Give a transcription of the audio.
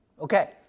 Okay